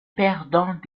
perdant